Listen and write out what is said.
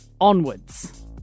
Onwards